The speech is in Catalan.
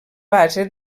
base